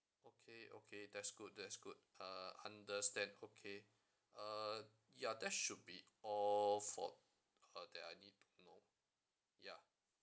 okay okay that's good that's good uh understand okay uh ya that should be all for uh that I need to know ya